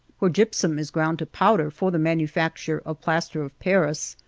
where gypsum is ground to pow der for the manufacture of plaster of paris,